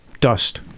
dust